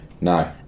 No